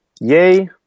yay